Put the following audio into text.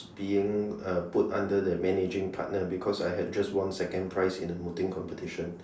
being uh put under the managing partner because I had just won second prize in a voting competition